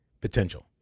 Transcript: potential